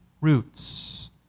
roots